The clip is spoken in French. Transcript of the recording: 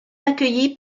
accueilli